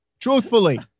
truthfully